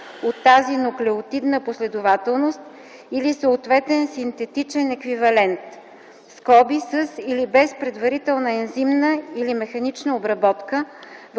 от тази нуклеотидна последователност или съответен синтетичен еквивалент (със или без предварителна ензимна или механична обработка)